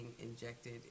injected